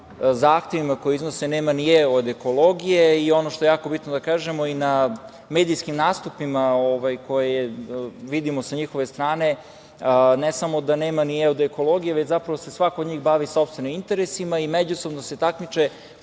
zahtevima koje iznose nema ni e od ekologije. Ono što je jako bitno da kažemo i na medijskim nastupima koje vidimo sa njihove strane, ne samo da nema ni e od ekologije, već se svako od njih bavi sopstvenim interesima i međusobno se takmiče